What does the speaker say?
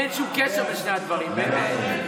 אין שום קשר בין שני הדברים, באמת.